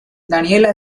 daniela